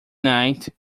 night